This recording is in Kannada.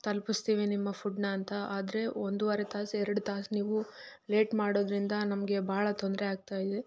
ತಲುಪಿಸ್ತೀವಿ ನಿಮ್ಮ ಫುಡ್ಡನ್ನ ಅಂತ ಆದರೆ ಒಂದುವರೆ ತಾಸು ಎರಡು ತಾಸು ನೀವು ಲೇಟ್ ಮಾಡೋದ್ರಿಂದ ನಮಗೆ ಬಹಳ ತೊಂದರೆ ಆಗ್ತಾ ಇದೆ